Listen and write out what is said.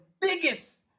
biggest